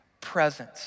Presence